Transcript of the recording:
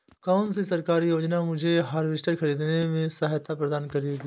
कौन सी सरकारी योजना मुझे हार्वेस्टर ख़रीदने में सहायता प्रदान करेगी?